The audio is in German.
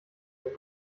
den